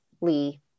lee